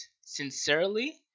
sincerely